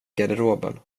garderoben